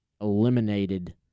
eliminated